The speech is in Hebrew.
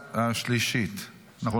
התשפ"ד 2024, התקבלה.